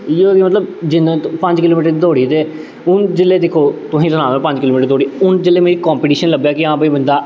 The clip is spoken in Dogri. इ'यो कि मतलब जिन्ना पंज किलोमीटर दौड़ी ते हून जिल्लै दिक्खो तुसें गी सनाऽ नां पंज किलोमीटर दौड़ी हून जिल्लै मी कंपीटीशन लब्भै कि हां भाई बंदा